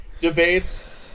debates